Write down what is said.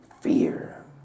fear